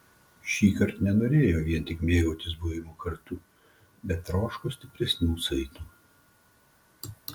šįkart nenorėjo vien tik mėgautis buvimu kartu bet troško stipresnių saitų